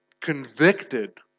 convicted